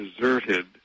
deserted